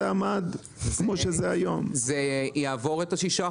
זה יעבור את ה-6%.